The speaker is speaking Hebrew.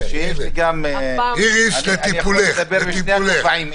אני יכול לדבר בשני הכובעים.